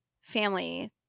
family